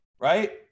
right